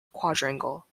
quadrangle